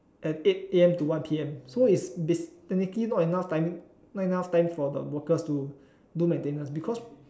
at eight A_M to one P_M so it's basically technically not enough timing not enough time for the workers to do maintenance because